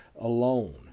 alone